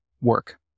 work